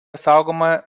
saugoma